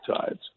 tides